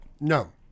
No